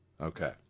Okay